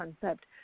concept